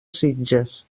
sitges